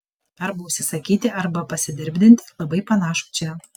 arba užsisakyti ir pasidirbdinti labai panašų čia